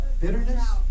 bitterness